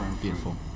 Beautiful